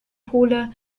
pole